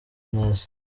neza